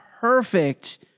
perfect